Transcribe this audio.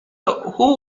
who